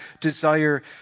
desire